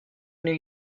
new